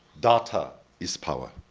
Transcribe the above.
data is power,